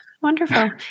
Wonderful